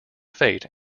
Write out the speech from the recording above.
fate